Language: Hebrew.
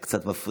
זה קצת מפריע.